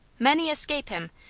many escape him,